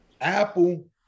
Apple